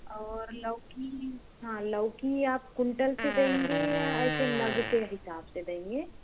और लौकी हाँ लौकी आप कुंटल से देंगे या ऐसे नग के हिसाब से देंगे